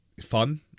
fun